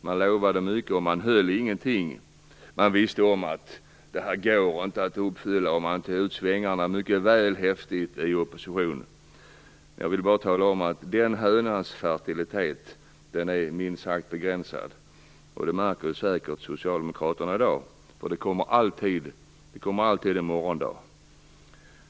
Man lovade mycket, och man höll ingenting. Man visste att detta inte gick att uppfylla. Man tog ut svängarna litet väl häftigt i opposition. Jag vill bara tala om att den hönans fertilitet är minst sagt begränsad. Det märker säkert socialdemokraterna i dag. Det kommer alltid en morgondag.